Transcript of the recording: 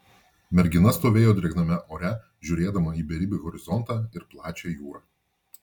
mergina stovėjo drėgname ore žiūrėdama į beribį horizontą ir plačią jūrą